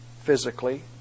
physically